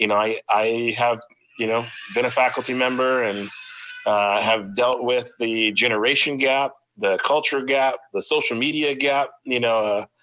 and i i have you know been a faculty member and have dealt with the generation gap, the culture gap, the social media gap, you know,